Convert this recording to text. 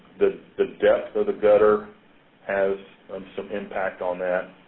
the the depth of the gutter has some impact on that,